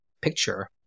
picture